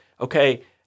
okay